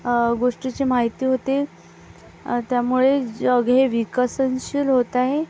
गोष्टीची माहिती होते त्यामुळे जग हे विकसनशील होत आहे